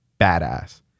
badass